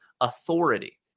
authority